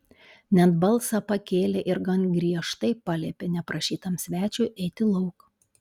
net balsą pakėlė ir gan griežtai paliepė neprašytam svečiui eiti lauk